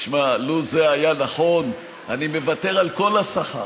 תשמע, לו זה היה נכון, אני מוותר על כל השכר.